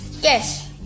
Yes